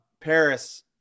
Paris